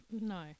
No